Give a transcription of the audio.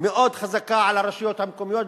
מאוד חזקה על הרשויות המקומיות,